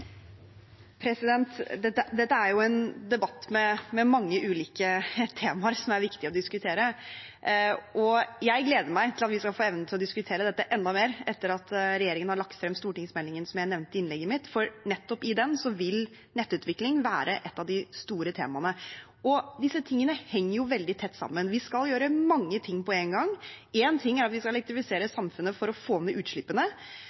å diskutere. Jeg gleder meg til vi skal få anledning til å diskutere dette enda mer etter at regjeringen har lagt frem stortingsmeldingen jeg nevnte i innlegget mitt, for i den vil nettopp nettutvikling være et av de store temaene. Disse tingene henger veldig tett sammen. Vi skal gjøre mange ting på en gang. Én ting er at vi skal elektrifisere samfunnet for å få ned utslippene.